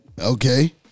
Okay